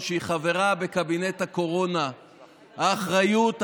אבל מה לעשות,